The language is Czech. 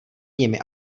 nimi